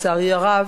לצערי הרב,